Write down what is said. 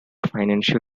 financial